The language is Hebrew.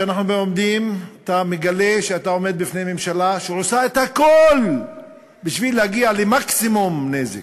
אתה מגלה שאתה עומד בפני ממשלה שעושה הכול בשביל להגיע למקסימום נזק.